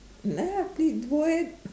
ah ya please go ahead